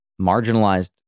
marginalized